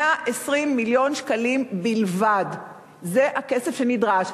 120 מיליון שקלים בלבד, זה הכסף שנדרש.